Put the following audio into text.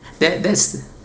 that that's